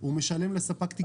הוא משלם לספק תקשורת.